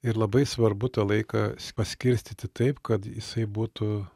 ir labai svarbu tą laiką paskirstyti taip kad jisai būtų